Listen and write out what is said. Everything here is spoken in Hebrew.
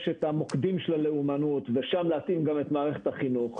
את המוקדים של הלאומנות ושם להתאים גם את מערכת החינוך.